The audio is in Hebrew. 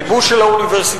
ייבוש של האוניברסיטאות,